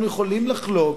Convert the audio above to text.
אנחנו יכולים לחלוק,